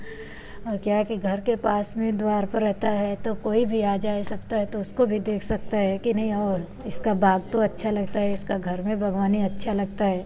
वह क्या है कि घर के पास में द्वार पर रहता है तो कोई भी आ जाए सकता है तो उसको भी देख सकता है कि नहीं और इसका बाग़ तो अच्छा लगता है इसका घर में बाग़बानी अच्छा लगता है